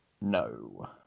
no